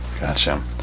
Gotcha